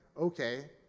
okay